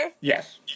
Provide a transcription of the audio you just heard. Yes